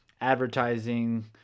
advertising